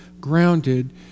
grounded